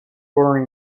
born